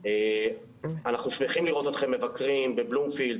אנחנו שמחים לראות אתכם מבקרים בבלומפילד,